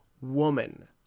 woman